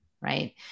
right